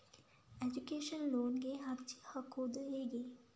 Education ಲೋನಿಗೆ ಅರ್ಜಿ ಕೊಡೂದು ಹೇಗೆ?